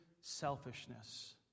selfishness